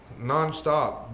nonstop